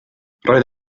roedd